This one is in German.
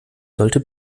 sollte